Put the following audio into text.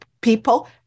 people